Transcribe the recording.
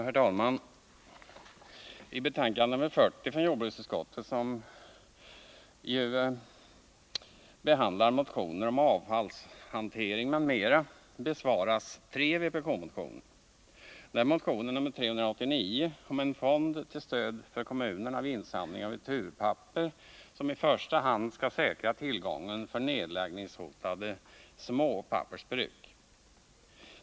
Herr talman! I betänkande nr 40 från jordbruksutskottet, som behandlar motioner om avfallshantering m.m., behandlas också tre vpk-motioner. Det är motion 389 om en fond till stöd för kommunerna vid insamling av returpapper, som i första hand skall säkra tillgången för nedläggningshotade småpappersbruk.